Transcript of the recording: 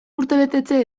urtebetetze